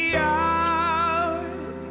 out